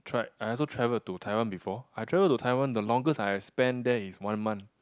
tried I also travel to Taiwan before I travel to Taiwan the longest I've spend there is one month